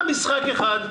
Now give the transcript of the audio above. היה משחק אחד,